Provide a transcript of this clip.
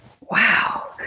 Wow